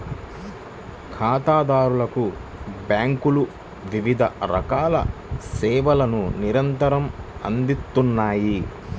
ఖాతాదారులకు బ్యేంకులు వివిధ రకాల సేవలను నిరంతరం అందిత్తన్నాయి